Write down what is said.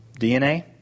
DNA